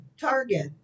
Target